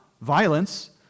violence